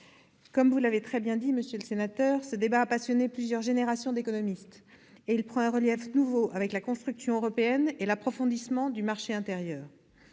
Comme vous l'avez très bien dit, monsieur le sénateur, ce débat a passionné plusieurs générations d'économistes, et il prend un relief nouveau avec la construction européenne et l'approfondissement du marché intérieur,